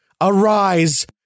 Arise